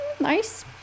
Nice